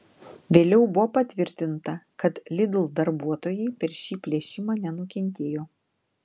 vėliau buvo patvirtinta kad lidl darbuotojai per šį plėšimą nenukentėjo